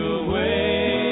away